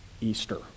Easter